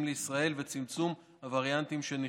לישראל ולצמצם את הווריאנטים שנכנסו.